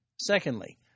Secondly